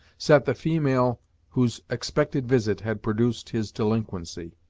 sat the female whose expected visit had produced his delinquency.